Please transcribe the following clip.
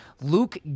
Luke